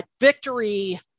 victory